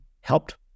helped